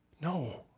No